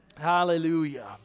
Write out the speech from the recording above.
hallelujah